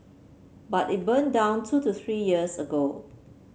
but it burned down two to three years ago